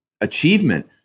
achievement